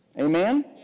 Amen